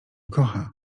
kocha